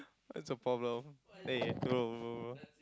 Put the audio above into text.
that's a problem eh bro bro bro